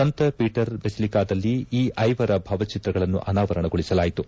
ಸಂತ ಪೀಟರ್ ಬೆಸಿಲಿಕಾದಲ್ಲಿ ಈ ಐವರು ಭಾವಚಿತ್ರಗಳನ್ನು ಅನಾವರಣಗೊಳಿಸಲಾಯಿತು